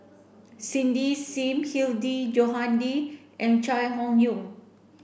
Cindy Sim Hilmi Johandi and Chai Hon Yoong